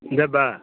ଦେବା